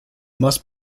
must